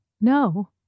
no